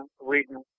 reading